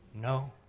No